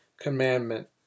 commandment